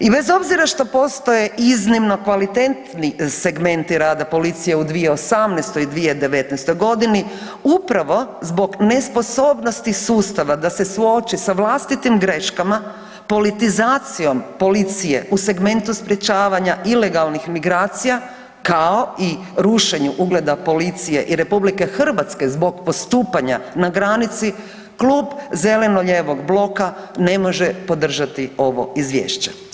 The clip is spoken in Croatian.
I bez obzira što postoje iznimno kvalitetni segmenti rada policije u 2018. i 2019. godini, upravo zbog nesposobnosti sustava da se suoči sa vlastitim greškama, politizacijom policije u segmentu sprječavanja ilegalnih migracija kao i rušenju ugleda policije i Republike Hrvatske zbog postupanja na granici, Klub zeleno-lijevog bloka ne može podržati ovo Izvješće.